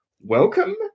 Welcome